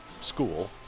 school